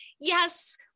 yes